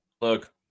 Look